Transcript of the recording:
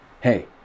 hey